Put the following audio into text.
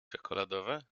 czekoladowe